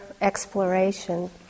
exploration